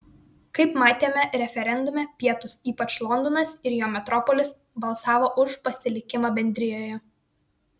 kaip matėme referendume pietūs ypač londonas ir jo metropolis balsavo už pasilikimą bendrijoje